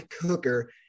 Cooker